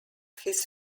his